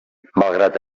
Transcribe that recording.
malgrat